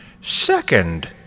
Second